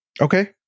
okay